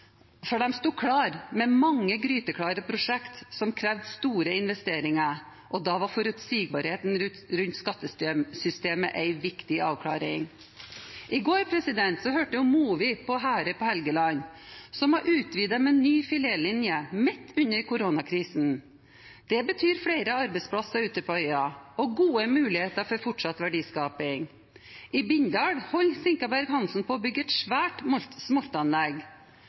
for de sto klare med mange gryteklare prosjekter som krevde store investeringer, og da var forutsigbarheten rundt skattesystemet en viktig avklaring. I går hørte jeg om Mowi på Herøy på Helgeland, som har utvidet med ny filetlinje midt under koronakrisen. Det betyr flere arbeidsplasser ute på øya og gode muligheter for fortsatt verdiskaping. I Bindal holder SinkabergHansen på å bygge et svært smoltanlegg.